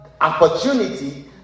opportunity